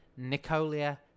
Nicolia